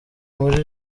muri